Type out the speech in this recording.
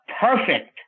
perfect